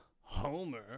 homer